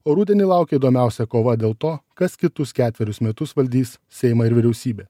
o rudenį laukia įdomiausia kova dėl to kas kitus ketverius metus valdys seimą ir vyriausybę